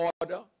order